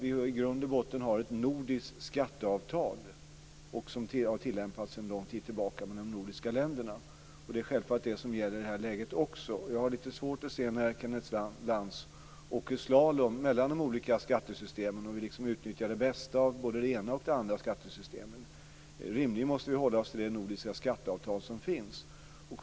I grund och botten har vi ju ett nordiskt skatteavtal som har tillämpats sedan lång tid tillbaka mellan de nordiska länderna. Det är självfallet det som gäller också i det här läget. Jag har lite svårt att se när Kenneth Lantz åker slalom mellan de olika skattesystemen och liksom vill utnyttja det bästa av både det ena och det andra skattesystemet. Rimligen måste vi hålla oss till det nordiska skatteavtal som finns.